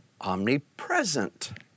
omnipresent